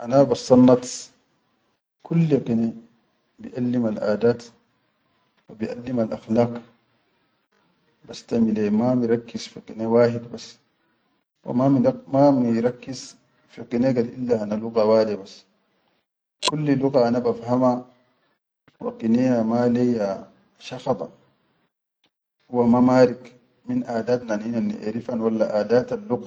Kan khayyarom fi shuqud ba ellame alyom balga katib, baktub kitaqbaak, ba ajibannas, we bajib fogal kitab hi kambannas bil allamu minan fihayatum finshaan biʼallumul akharin ashya ma bi arfuhan da akbar